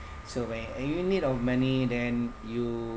so wh~ when you need of money then you